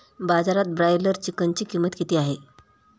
बाजारात ब्रॉयलर चिकनची किंमत किती आहे?